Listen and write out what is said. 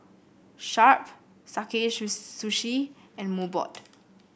Sharp Sakae Sushi and Mobot